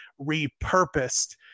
repurposed